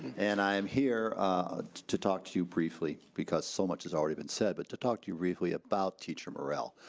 and i'm here to talk to you briefly because so much has already been side so but to talk to your briefly about teacher morale.